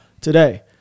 today